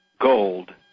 gold